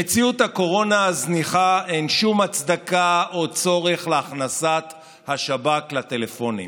במציאות הקורונה הזניחה אין שום הצדקה או צורך להכנסת השב"כ לטלפונים.